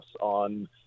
on